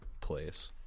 place